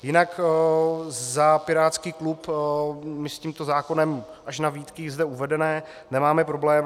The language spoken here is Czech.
Jinak za pirátský klub my s tímto zákonem až na výtky zde uvedené nemáme problém.